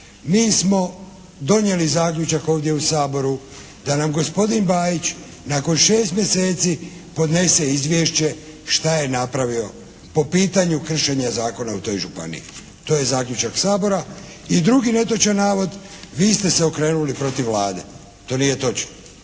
Mi smo donijeli zaključak ovdje u Saboru da nam gospodin Bajić nakon 6 mjeseci podnese izvješće šta je napravio po pitanju kršenja zakona u toj županiji. To je zaključak Sabora. I drugi netočan navod vi ste se okrenuli protiv Vlade. To nije točno.